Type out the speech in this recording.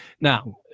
now